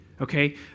okay